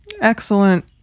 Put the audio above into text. Excellent